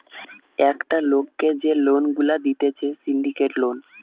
একটা লোককে যে লোন গুলা দিতেছে সিন্ডিকেট লোন